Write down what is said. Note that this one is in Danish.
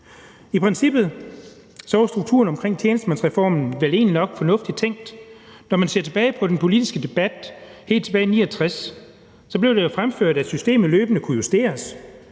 I princippet var strukturen omkring tjenestemandsreformen vel egentlig nok fornuftigt tænkt. Når man ser tilbage på den politiske debat helt tilbage i 1969, blev det jo fremført, at systemet løbende kunne justeres.